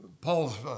Paul's